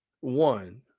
One